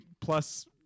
plus